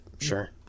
Sure